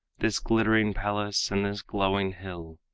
this glittering palace and this glowing hill.